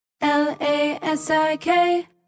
L-A-S-I-K-